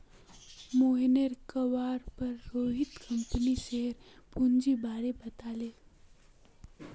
मोहनेर कहवार पर रोहित कंपनीर शेयर पूंजीर बारें बताले